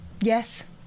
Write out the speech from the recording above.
Yes